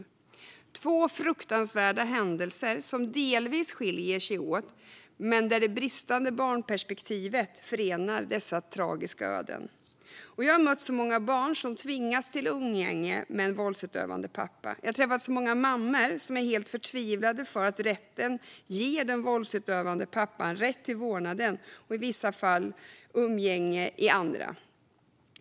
Dessa två fruktansvärda händelser skiljer sig delvis åt, men det bristande barnrättsperspektivet förenar dessa tragiska öden. Jag har mött så många barn som tvingas till umgänge med en våldsutövande pappa. Jag har träffat så många mammor som är helt förtvivlade för att rätten ger den våldsutövande pappan rätt till vårdnad i vissa fall och umgänge i andra fall.